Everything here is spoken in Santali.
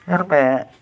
ᱧᱮᱞ ᱢᱮ